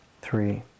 three